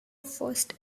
first